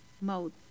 mode